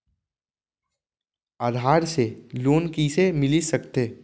आधार से लोन कइसे मिलिस सकथे?